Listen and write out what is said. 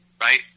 right